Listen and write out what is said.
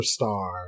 superstar